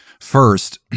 First